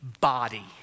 body